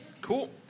Cool